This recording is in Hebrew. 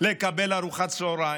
לקבל ארוחת צוהריים.